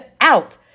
out